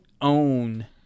own